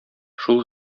шул